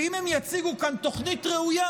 ואם הם יציגו כאן תוכנית ראויה,